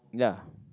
ya